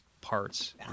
parts